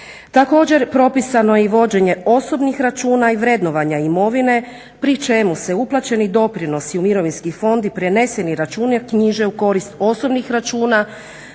Također propisano je i vođenje osobnih računa i vrednovanja imovine pri čemu se uplaćeni doprinosi u mirovinski fond i preneseni računi knjiže u korist osobnih računa